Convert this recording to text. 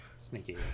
sneaky